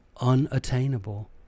unattainable